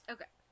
Okay